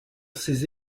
ces